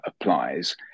applies